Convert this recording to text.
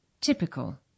typical